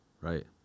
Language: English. Right